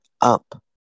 up